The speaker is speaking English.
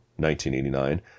1989